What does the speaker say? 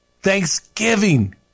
Thanksgiving